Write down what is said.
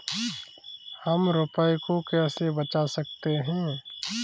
हम रुपये को कैसे बचा सकते हैं?